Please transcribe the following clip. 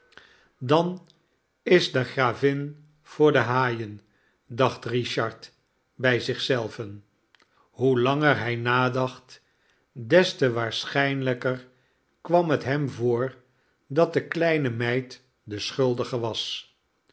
dan is de gravin voor de haaien dacht richard bij zich zelven hoe langer hij nadacht des te waarschijnlijker kwam het hem voor dat de kleine meid de schuldige was